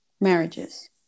marriages